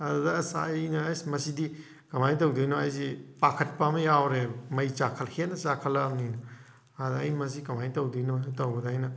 ꯑꯗꯨꯗ ꯑꯁ ꯑꯩꯅ ꯑꯁ ꯃꯁꯤꯗꯤ ꯀꯃꯥꯏꯅ ꯇꯧꯗꯣꯏꯅꯣ ꯑꯩꯁꯤ ꯄꯥꯈꯠꯄ ꯑꯃ ꯌꯥꯎꯔꯦꯕ ꯃꯩ ꯆꯥꯛꯈꯠ ꯍꯦꯟꯅ ꯆꯥꯛꯈꯠꯂꯛꯑꯕꯅꯤꯅ ꯑꯗ ꯑꯩ ꯃꯁꯤ ꯀꯃꯥꯏ ꯇꯧꯗꯣꯏꯅꯣ ꯇꯧꯕꯗ ꯑꯩꯅ